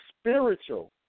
spiritual